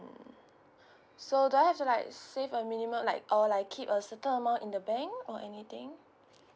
so do I have to like save a minimum like or like keep a certain amount in the bank or anything